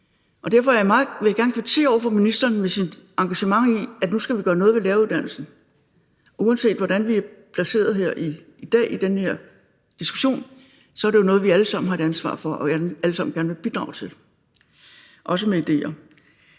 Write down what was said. Derfor vil jeg gerne kvittere over for ministeren for hendes engagement i, at vi nu skal gøre noget ved læreruddannelsen. Uanset hvordan vi er placeret her i dag i den her diskussion, er det jo noget, vi alle sammen har et ansvar for og alle sammen gerne vil bidrage til, også med idéer.